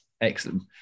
excellent